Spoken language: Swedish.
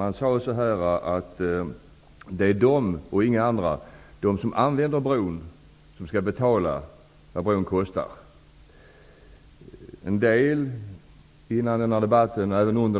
Man sade att de som använder bron skall betala vad bron kostar, inga andra. En del ville i debatten ha en